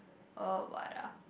a what ah